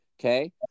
Okay